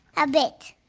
a bit.